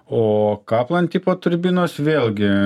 o kaplan tipo turbinos vėlgi